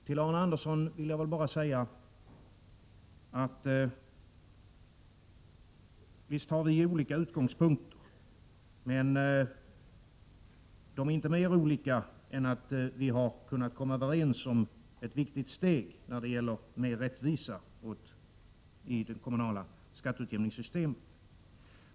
Till Arne Andersson vill jag bara säga, att visst har vi olika utgångspunkter, men de är inte mer olika än att vi har kunnat komma överens om ett viktigt steg när det gäller mer rättvisa i det kommunala skatteutjämningssystemet.